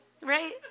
right